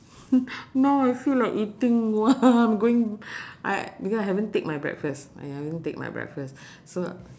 now I feel like eating !wah! I'm going I because I haven't take my breakfast ah ya I haven't take my breakfast so